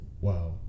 Wow